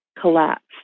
collapsed